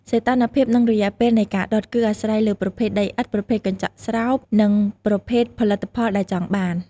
សីតុណ្ហភាព និងរយៈពេលនៃការដុត គឺអាស្រ័យលើប្រភេទដីឥដ្ឋ ប្រភេទកញ្ចក់ស្រោប និងប្រភេទផលិតផលដែលចង់បាន។